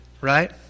right